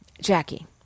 Jackie